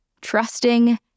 Trusting